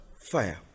fire